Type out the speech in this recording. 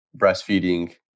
breastfeeding